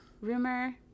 rumor